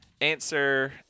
answer